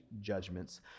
judgments